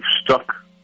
stuck